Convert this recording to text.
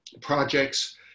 projects